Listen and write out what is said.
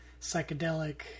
psychedelic